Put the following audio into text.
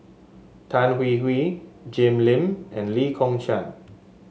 Tan Hwee Hwee Jim Lim and Lee Kong Chian